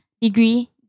degree